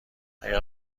اگه